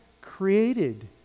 created